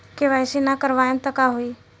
KYC ना करवाएम तब का होई?